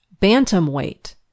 Bantamweight